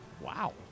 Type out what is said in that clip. Wow